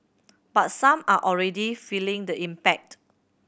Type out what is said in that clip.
but some are already feeling the impact